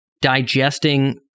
digesting